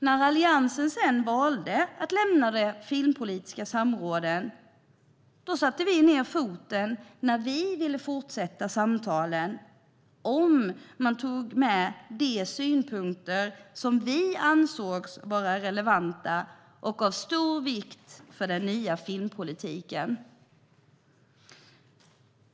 När Alliansen sedan valde att lämna de filmpolitiska samråden satte vi ned foten när vi ville fortsätta samtalen, om man tog med de synpunkter som vi ansåg vara relevanta och av stor vikt för den nya filmpolitiken.